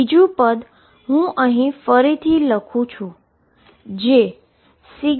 બીજુ પદ હું ફરીથી લખવા જઇ રહ્યો છું